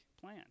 plan